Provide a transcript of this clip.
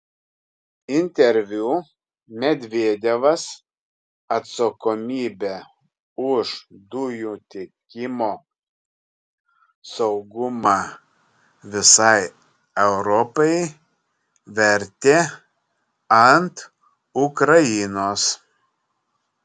interviu medvedevas atsakomybę už dujų tiekimo saugumą visai europai vertė ant ukrainos